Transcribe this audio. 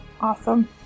Awesome